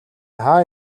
хаа